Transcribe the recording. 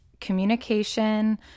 communication